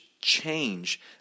change